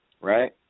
Right